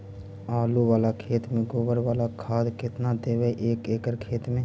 आलु बाला खेत मे गोबर बाला खाद केतना देबै एक एकड़ खेत में?